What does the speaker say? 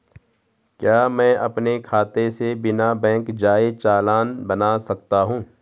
क्या मैं अपने खाते से बिना बैंक जाए चालान बना सकता हूँ?